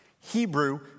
Hebrew